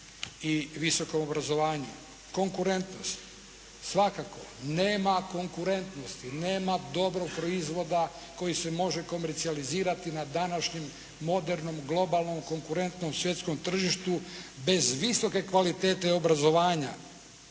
i visokom obrazovanju. Konkurentnost, svakako nema konkurentnosti, nema dobrog proizvoda koji se može komercijalizirati na današnjem modernom globalnom konkurentnom tržištu bez visoke kvalitete obrazovanja,